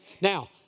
Now